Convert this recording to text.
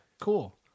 cool